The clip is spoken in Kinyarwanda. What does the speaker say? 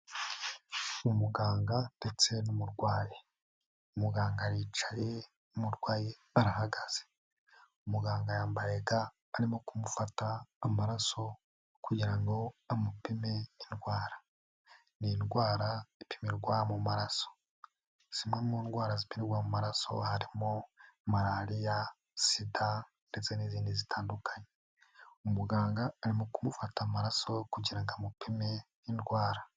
Umuganga ndetse n'umurwayi. Umuganga aricaye, umurwayi arahagaze. umuganga yambaye ga arimo kumufata amaraso kugira ngo amupime indwara. N indwara ipimirwa mu maraso. Zimwe mu Indwara ziterwa amaraso harimo malaririya, Sida ndetse n'izindi zitandukanye. Umuganga arimo kumufata amaraso kugira ngo amupime indwara.